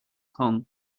kong